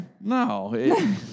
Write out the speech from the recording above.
No